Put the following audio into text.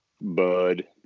Bud